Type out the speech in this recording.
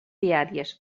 diàries